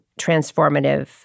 transformative